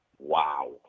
Wow